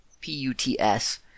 P-U-T-S